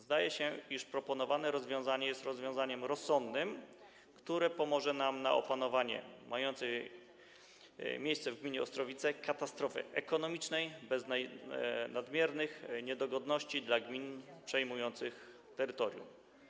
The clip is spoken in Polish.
Zdaje się, iż proponowane rozwiązanie jest rozwiązaniem rozsądnym, które pomoże nam w opanowaniu mającej miejsce w gminie Ostrowice katastrofy ekonomicznej bez nadmiernych niedogodności dla gmin przejmujących terytorium.